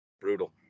Brutal